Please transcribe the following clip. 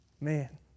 Man